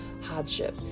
hardship